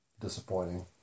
disappointing